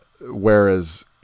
whereas